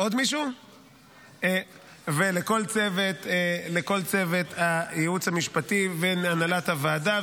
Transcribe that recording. עוד מישהו ולכל צוות הייעוץ המשפטי ולהנהלת הוועדה,